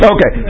Okay